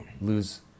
lose